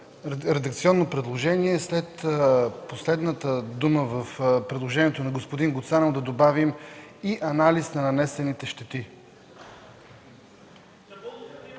редакционно предложение. След последната дума в предложението на господин Гуцанов да добавим „и анализ на нанесените щети“.